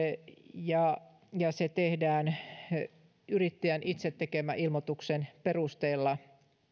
ja ja se tehdään yrittäjän itse tekemän ilmoituksen perusteella